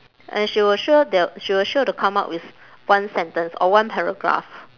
and she will sure they'll she will sure to come up with one sentence or one paragraph